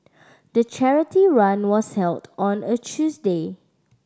the charity run was held on a Tuesday